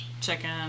chicken